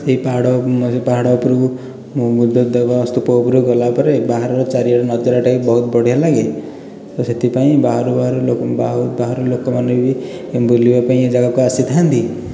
ଏହି ପାହାଡ଼ ପାହାଡ଼ ଉପରୁ ବୁଦ୍ଧ ଦେବ ସ୍ତୁପ ଉପରକୁ ଗଲା ପରେ ବାହାରର ଚାରିଆଡ଼ ନଜାରଟା ବି ବହୁତ ବଢିଆ ଲାଗେ ତ ସେଥିପାଇଁ ବାହାରୁ ବାହାରୁ ଲୋକ ବାହାରୁ ଲୋକ ମାନେ ବି ବୁଲିବା ପାଇଁ ଏ ଯାଗାକୁ ଆସିଥାନ୍ତି